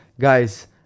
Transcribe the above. guys